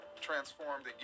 Transformed